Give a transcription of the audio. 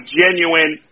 genuine